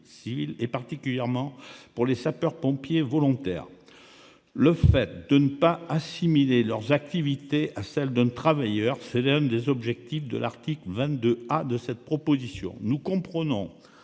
civile, particulièrement pour les sapeurs-pompiers volontaires : le fait de ne pas assimiler leurs activités à celle d'un travailleur. C'est l'un des objectifs de l'article 22 A de cette proposition de loi. Nous comprenons